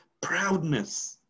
proudness